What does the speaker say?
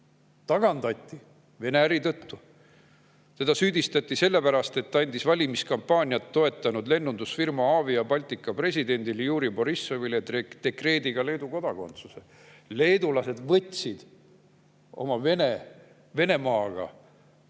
tagandati Vene äri tõttu. Teda süüdistati selles, et ta andis tema valimiskampaaniat toetanud lennundusfirma Avia Baltika presidendile Juri Borissovile dekreediga Leedu kodakondsuse. Leedulased võtsid oma Venemaaga